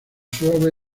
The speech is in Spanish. suave